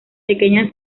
pequeñas